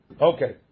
okay